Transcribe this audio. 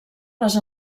les